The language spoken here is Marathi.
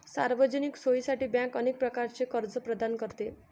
सार्वजनिक सोयीसाठी बँक अनेक प्रकारचे कर्ज प्रदान करते